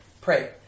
pray